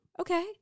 Okay